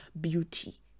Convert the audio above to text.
beauty